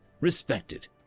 respected